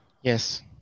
Yes